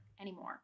Anymore